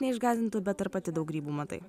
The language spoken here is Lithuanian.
neišgąsdintų bet ar pati daug grybų matai